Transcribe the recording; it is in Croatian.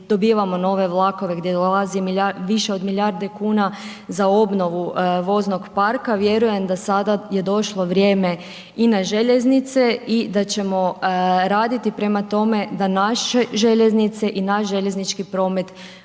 dobivamo nove vlakove, gdje dolazi više od milijarde kuna za obnovu voznog parka, vjerujem da sada je došlo vrijeme i na željeznice i da ćemo raditi prema tome da naše željeznice i naš željeznički promet bude